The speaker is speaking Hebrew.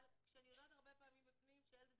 אבל כשאני יודעת הרבה פעמים בפנים שהילד הזה